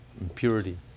impurity